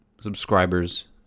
subscribers